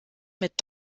mit